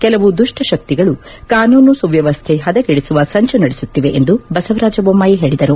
ಕೆಲವು ದುಷ್ಪಶಕ್ತಿಗಳು ಕಾನೂನು ಸುವ್ಧವಸ್ಥೆ ಹದಗೆಡಿಸುವ ಸಂಚು ನಡೆಸುತ್ತಿವೆ ಎಂದು ಬಸವರಾಜ ಬೊಮ್ಲಾಯಿ ಹೇಳದರು